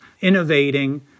innovating